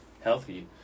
healthy